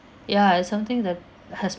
ya it's something that has